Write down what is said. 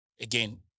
Again